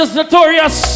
notorious